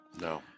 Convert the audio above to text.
No